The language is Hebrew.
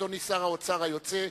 אדוני שר האוצר היוצא,